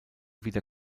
wieder